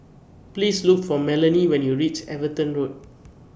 Please Look For Melany when YOU REACH Everton Road